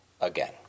again